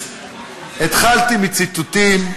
התחלתי בציטוטים,